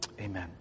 amen